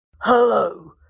Hello